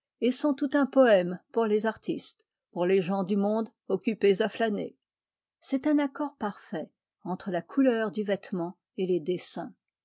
et sont tout un poème pour les artistes pour les gens du monde occupés à flâner c'est un accord parfait entre la couleur du vêtement et les dessins